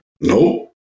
No